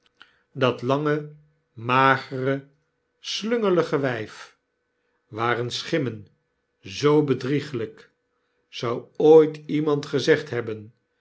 kende datlange magere slungelige wijf waren schimmen zoo bedrieglijk zou ooit iemand gezegd hebben